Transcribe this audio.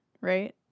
right